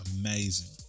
amazing